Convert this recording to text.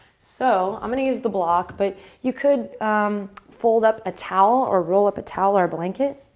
so i'm going to use the block, but you could fold up a towel or roll up a towel or a blanket